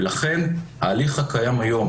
ולכן המצב הנוכחי היום